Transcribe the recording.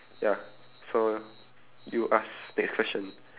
ya so you ask next question